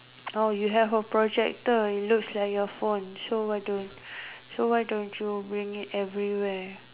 oh you have a projector it looks like your phone so why don't so why don't you bring it everywhere